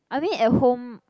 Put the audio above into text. I mean at home